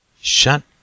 Shut